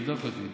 תבדוק אותי.